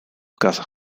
casa